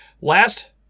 last